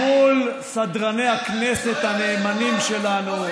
מול סדרני הכנסת הנאמנים שלנו,